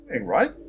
Right